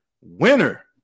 winner